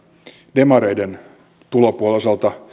demareiden tulopuolen